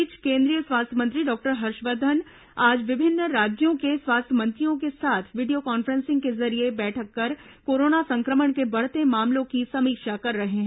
इस बीच केंद्रीय स्वास्थ्य मंत्री डॉक्टर हर्षवर्धन आज विभिन्न राज्यों के स्वास्थ्य मंत्रियों के साथ वीडियो कॉन्फ्रेंसिंग के जरिये बैठक कर कोरोना संक्रमण के बढ़ते मामलों की समीक्षा कर रहे हैं